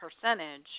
percentage